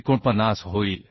49 होईल